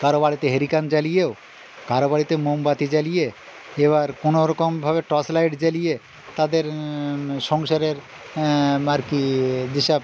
কারও বাড়িতে হ্যারিকেন জ্বালিয়েও কারও বাড়িতে মোমবাতি জ্বালিয়ে এবার কোনোরকমভাবে টর্চ লাইট জ্বালিয়ে তাদের সংসারের আর কি যেসব